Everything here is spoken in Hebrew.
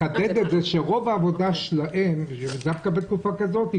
נחדד את זה שרוב העבודה שלהם היא בתקופה כזאת.